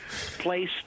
place